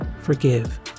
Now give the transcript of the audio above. forgive